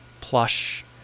plush